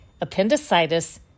appendicitis